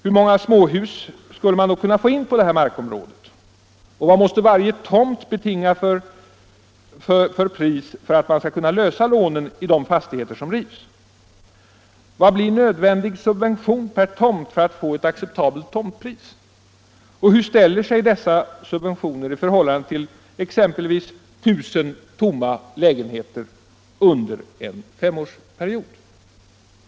Hur många småhus kan man få in på det här markområdet? Vilket pris måste varje tomt betinga för att man skall kunna lösa lånen i de fastigheter som rivs? Vilken subvention blir nödvändig per tomt för att man skall få ett acceptabelt tomtpris? Och hur ställer sig dessa subventioner i förhållande till exempelvis 1 000 tomma lägenheter under en femårsperiod?